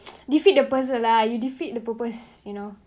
defeat the purpose lah you defeat the purpose you know